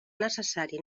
necessari